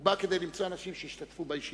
הוא בא כדי למצוא אנשים שישתתפו בישיבות,